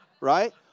right